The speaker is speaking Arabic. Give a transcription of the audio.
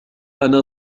أنا